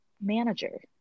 manager